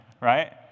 right